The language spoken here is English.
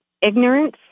ignorance